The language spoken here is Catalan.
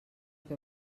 què